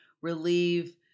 relieve